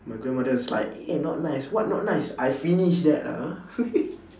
my grandmother was like eh not nice what not nice I finish that ah